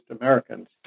Americans